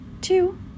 two